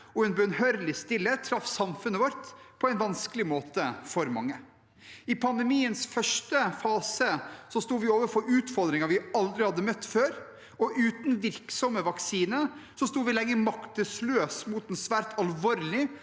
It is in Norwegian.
og en ubønnhørlig stillhet traff samfunnet vårt på en vanskelig måte for mange. I pandemiens første fase sto vi overfor utfordringer vi aldri hadde møtt før, og uten virksomme vaksiner sto vi lenge maktesløs mot en svært alvorlig